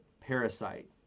parasite